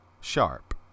Sharp